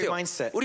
mindset